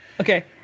Okay